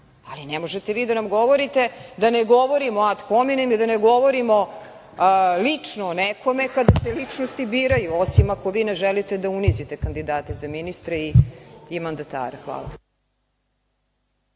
Ne možete vi da nam govorite da ne govorimo ad hominem i da ne govorimo lično o nekome, kada se ličnosti biraju, osim ako vi ne želite da unizite kandidate za ministre i mandatara. Hvala.